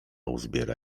uzbiera